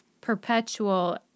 perpetual